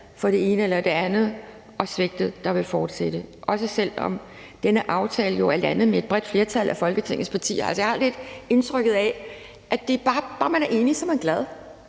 for det ene eller det andet, og om svigtet, der vil fortsætte – også selv om denne aftale er landet med et bredt flertal af Folketingets partier. Altså, jeg har lidt indtrykket af, at bare man er enig, er man glad.